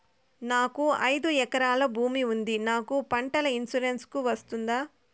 నాకు ఐదు ఎకరాల భూమి ఉంది నాకు పంటల ఇన్సూరెన్సుకు వస్తుందా?